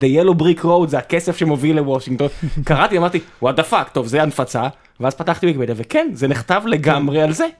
The yellow brick road זה הכסף שמוביל לוושינגטון קראתי אמרתי what the fuck טוב זה הנפצה ואז פתחתי וכן זה נכתב לגמרי על זה.